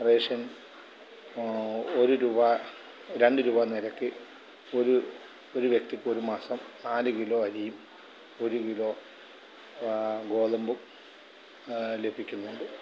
ration ഒരു രൂപ രണ്ട് രൂപ നിരക്കിൽ ഒരു ഒരു വ്യക്തിക്ക് ഒരു മാസം നാലു കിലോ അരിയും ഒരു കിലോ ഗോതമ്പും ലഭിക്കുന്നുണ്ട്